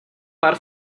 pár